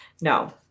No